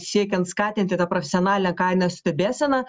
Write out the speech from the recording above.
siekian skatinti tą profesionalią kainos stebėseną